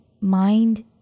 mind